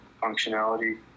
functionality